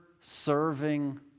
serving